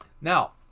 Now